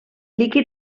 líquid